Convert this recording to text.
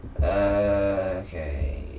okay